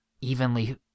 evenly